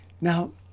Now